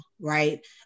right